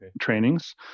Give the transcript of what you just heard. trainings